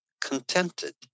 contented